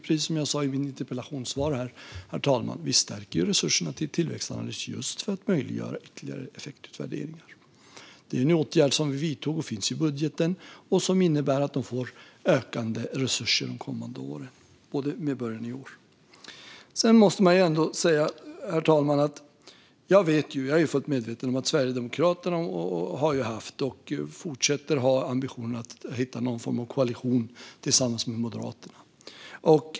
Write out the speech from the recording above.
Precis som jag sa i mitt interpellationssvar stärker vi resurserna till Tillväxtanalys just för att möjliggöra ytterligare effektutvärderingar. Det är en åtgärd som finns i budgeten och som innebär att de får ökande resurser de kommande åren, med början i år. Jag är fullt medveten om att Sverigedemokraterna har haft och fortsätter att ha ambitionen att bilda någon form av koalition med Moderaterna.